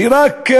שרק,